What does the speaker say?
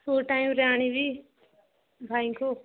କେଉଁ ଟାଇମ୍ରେ ଆଣିବି ଭାଇଙ୍କୁ